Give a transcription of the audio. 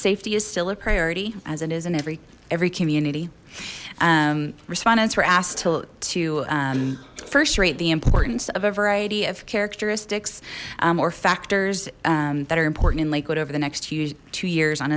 safety is still a priority as it is in every every community respondents were asked to first rate the importance of a variety of characteristics or factors that are important in lakewood over the next year two years on